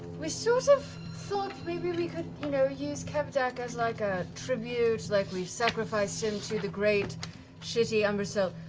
we sort of thought maybe we could you know use kevdak as like a tribute, like we sacrificed him to the great shitty umbrasyl.